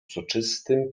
soczystym